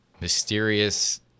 mysterious